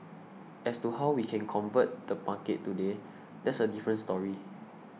as to how we can convert the market today that's a different story